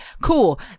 Cool